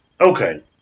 okay